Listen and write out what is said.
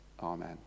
Amen